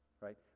right